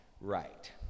right